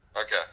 Okay